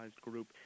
group